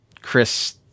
chris